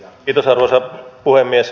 arvoisa puhemies